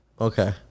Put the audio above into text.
Okay